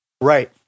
Right